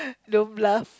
don't bluff